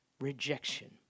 rejection